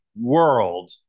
world